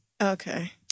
okay